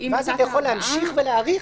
ואז אתה יכול להמשיך ולהאריך